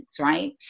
right